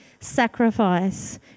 sacrifice